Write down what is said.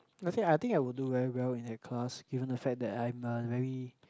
I think I think I will do very well in the class given the fact that I am a very